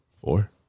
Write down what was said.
four